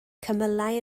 cymylau